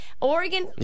Oregon